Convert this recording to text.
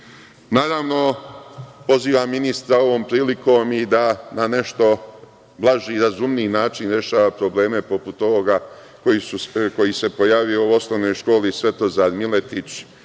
itd. Pozivam ministra ovom prilikom i da na nešto blaži i razumniji način rešava probleme poput ovoga koji su se pojavili u osnovnoj školi Svetozar Miletić